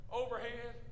overhead